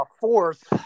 fourth